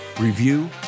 review